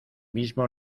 mismo